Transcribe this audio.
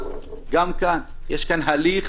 גם כאן יש הליך